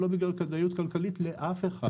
לא בגלל כדאיות כלכלית לאף אחד.